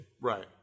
Right